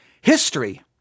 History